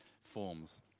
forms